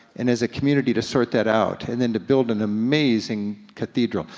and as a community, to sort that out, and then to build an amazing cathedral.